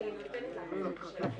למשל את אסנת קמחי אני מבין לגמרי,